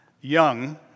young